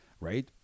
right